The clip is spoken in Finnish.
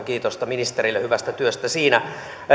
kiitosta ministerille hyvästä työstä siinä